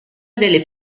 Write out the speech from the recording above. delle